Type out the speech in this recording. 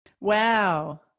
Wow